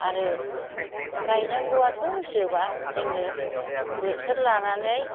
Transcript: आरो गायनांगौआथ' जोबा जोङो बोथोर लानानै